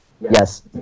Yes